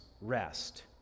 rest